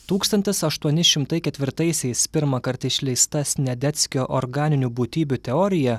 tūkstantis aštuoni šimtai ketvirtaisiais pirmąkart išleista sniadeckio organinių būtybių teorija